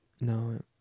No